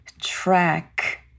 track